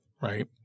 right